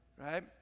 Right